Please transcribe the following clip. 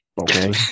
okay